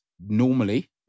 normally